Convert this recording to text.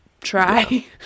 try